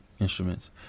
instruments